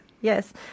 Yes